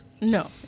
No